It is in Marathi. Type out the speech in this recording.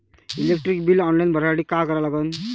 इलेक्ट्रिक बिल ऑनलाईन भरासाठी का करा लागन?